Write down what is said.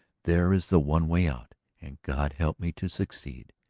there is the one way out. and god help me to succeed.